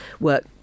work